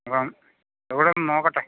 അപ്പം ഇവിടൊന്ന് നോക്കട്ടെ